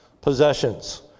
possessions